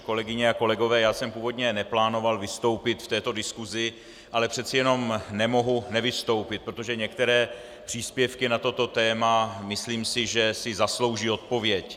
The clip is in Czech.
Kolegyně a kolegové, původně jsem neplánoval vystoupit v této diskusi, ale přece jenom nemohu nevystoupit, protože některé příspěvky na toto téma, myslím, si zaslouží odpověď.